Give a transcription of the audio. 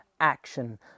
action